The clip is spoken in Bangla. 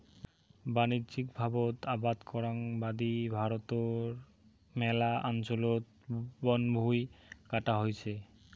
বাণিজ্যিকভাবত আবাদ করাং বাদি ভারতর ম্যালা অঞ্চলত বনভুঁই কাটা হইছে